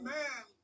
Amen